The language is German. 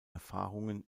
erfahrungen